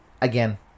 again